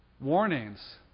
Warnings